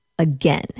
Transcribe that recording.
Again